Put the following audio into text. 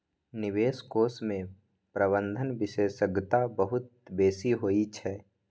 निवेश कोष मे प्रबंधन विशेषज्ञता बहुत बेसी होइ छै